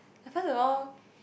first of all